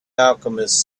alchemist